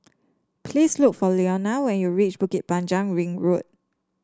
please look for Lenora when you reach Bukit Panjang Ring Road